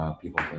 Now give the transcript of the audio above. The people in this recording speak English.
people